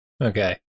okay